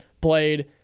played